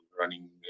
running